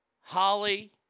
Holly